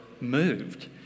moved